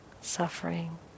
suffering